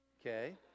Okay